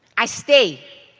i stay.